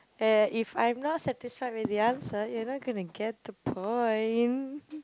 uh if I am not satisfied with the answer you are not gonna get the point